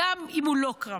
גם אם הוא לא קרבי,